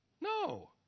No